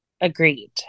Agreed